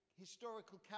historical